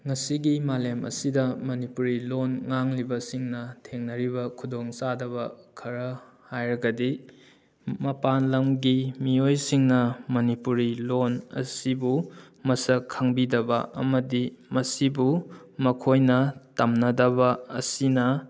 ꯉꯁꯤꯒꯤ ꯃꯥꯂꯦꯝ ꯑꯁꯤꯗ ꯃꯅꯤꯄꯨꯔꯤ ꯂꯣꯟ ꯉꯥꯡꯂꯤꯕꯁꯤꯡꯅ ꯊꯦꯡꯅꯔꯤꯕ ꯈꯨꯗꯣꯡ ꯆꯥꯗꯕ ꯈꯔ ꯍꯥꯏꯔꯒꯗꯤ ꯃꯄꯥꯟ ꯂꯝꯒꯤ ꯃꯤꯑꯣꯏꯁꯤꯡꯅ ꯃꯅꯤꯄꯨꯔꯤ ꯂꯣꯟ ꯑꯁꯤꯕꯨ ꯃꯁꯛ ꯈꯪꯕꯤꯗꯕ ꯑꯃꯗꯤ ꯃꯁꯤꯕꯨ ꯃꯈꯣꯏꯅ ꯇꯝꯅꯗꯕ ꯑꯁꯤꯅ